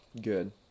good